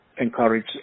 encourage